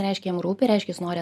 reiškia jam rūpi reiškia jis nori